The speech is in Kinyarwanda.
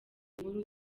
nkuru